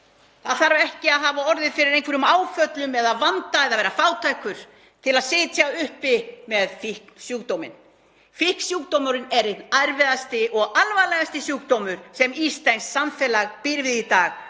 Það þarf ekki að hafa orðið fyrir einhverjum áföllum eða vanda eða vera fátækur til að sitja uppi með fíknisjúkdóminn. Fíknisjúkdómurinn er einn erfiðasti og alvarlegasti sjúkdómurinn sem íslenskt samfélag býr við í dag.